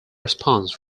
response